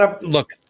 Look